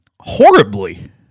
Horribly